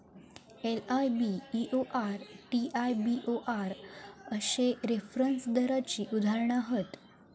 LIBOR, TIBOR अश्ये reference दराची उदाहरणा हत